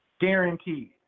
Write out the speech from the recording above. Guaranteed